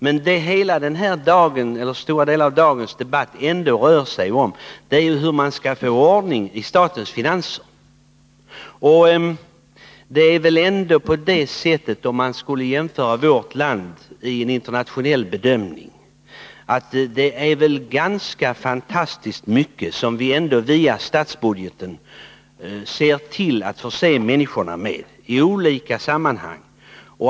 Men vad en stor del av dagens debatt rör sig om är hur vi skall få ordning i statens finanser. Det är väl ändå på det sättet att det internationellt sett är fantastiskt mycket som människorna i vårt land via statens budget förses med i olika sammanhang.